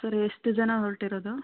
sir ಎಷ್ಟು ಜನ ಹೊರಟಿರೋದು